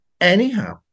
Anyhow